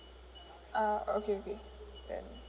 uh okay okay then